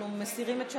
אנחנו מסירים את השאר?